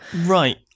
right